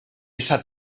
esa